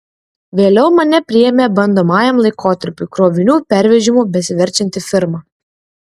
vėliau mane priėmė bandomajam laikotarpiui krovinių pervežimu besiverčianti firma